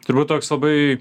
turbūt toks labai